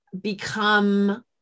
become